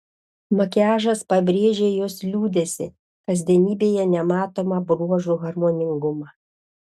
makiažas pabrėžė jos liūdesį kasdienybėje nematomą bruožų harmoningumą